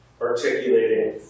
articulating